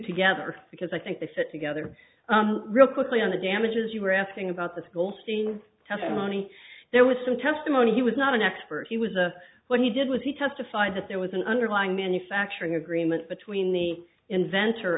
together because i think they fit together real quickly on the damages you were asking about this goldstein testimony there was some testimony he was not an expert he was a what he did was he testified that there was an underlying manufacturing agreement between the inventor